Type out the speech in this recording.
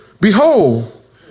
Behold